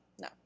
No